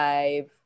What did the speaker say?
Five